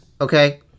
Okay